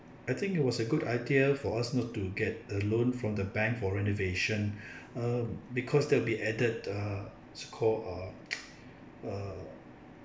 I think it was a good idea for us not to get a loan from the bank for renovation uh because there will be added uh score uh err